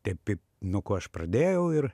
taip kaip nuo ko aš pradėjau ir